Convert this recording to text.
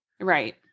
Right